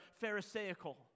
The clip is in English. Pharisaical